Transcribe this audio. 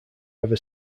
ever